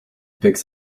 picks